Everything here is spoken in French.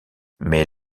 mais